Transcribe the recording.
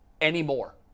anymore